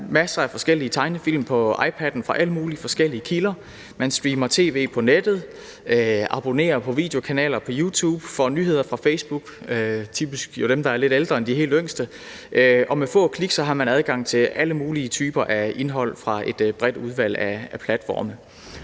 masser af forskellige tegnefilm på iPadden fra alle mulige forskellige kilder, man streamer tv på nettet, abonnerer på videokanaler på YouTube, får nyheder fra Facebook – jo typisk dem, der er lidt ældre end de helt yngste – og med få klik har man adgang til alle mulige typer af indhold fra et bredt udvalg af platforme.